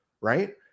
Right